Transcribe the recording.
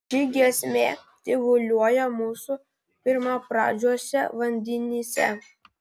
ši giesmė tyvuliuoja mūsų pirmapradžiuose vandenyse